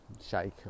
shake